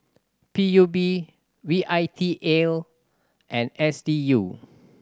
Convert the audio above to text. P U B V I T L and S D U